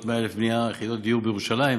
100,000 יחידות דיור לבנייה בירושלים.